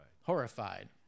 horrified